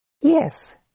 Yes